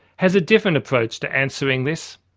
has a different approach to answering this.